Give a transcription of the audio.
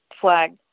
flag